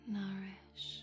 nourish